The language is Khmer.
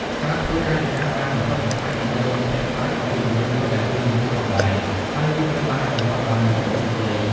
ការធ្វើកាយវិការបែបកំប្លុកកំប្លែងដើម្បីឱ្យមិត្តភក្តិសើចក៏ជាទម្រង់មួយដែលពេញនិយមផងដែរ ហើយវាត្រូវបានអនុវត្តដោយមនុស្សគ្រប់វ័យ។